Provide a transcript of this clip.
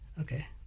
okay